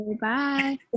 Bye